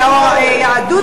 של היהדות,